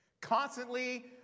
Constantly